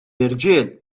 irġiel